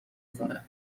خونه